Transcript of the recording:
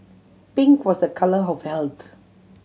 pink was a colour of health